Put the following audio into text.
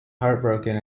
heartbroken